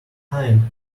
hind